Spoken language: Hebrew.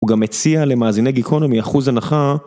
הוא גם הציע למאזיני גיקונומי אחוז הנחה